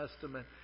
Testament